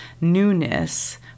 newness